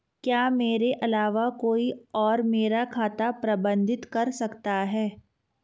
क्या मेरे अलावा कोई और मेरा खाता प्रबंधित कर सकता है?